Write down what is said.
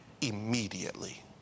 immediately